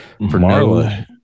Marla